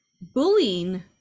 bullying